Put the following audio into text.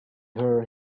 her